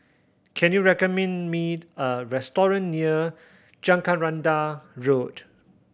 can you recommend me a restaurant near Jacaranda Road